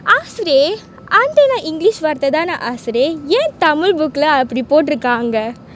ஆசிரியை:aasiriyai aunty னா:nah english வார்த்த தானே ஆசிரியை யேன் தமிழ்:vaartha thaane aasiriyai book lah அப்டி போட்டிருக்காங்க:apdi potirukanga